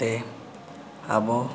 ᱛᱮ ᱟᱵᱚ